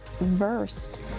versed